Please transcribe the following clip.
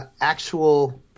actual